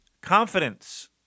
Confidence